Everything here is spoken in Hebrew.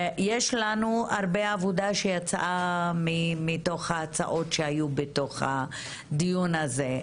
יש לנו הרבה עבודה שיצאה מתוך ההצעות שהיו בדיון הזה: